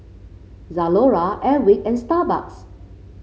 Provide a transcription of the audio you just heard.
Zalora Airwick and Starbucks